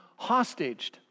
hostaged